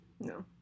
No